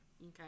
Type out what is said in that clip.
Okay